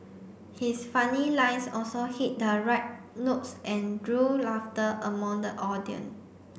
his funny lines also hit the right notes and drew laughter among the audience